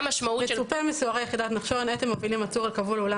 "מצופה מסוהרי יחידת נחשון המובילים עצור הכבול לאולם